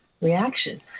reaction